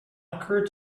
occurred